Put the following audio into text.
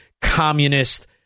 communist